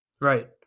Right